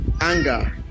Anger